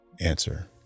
Answer